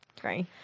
Great